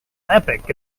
epoch